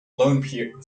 loan